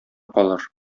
калыр